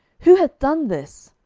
who hath done this?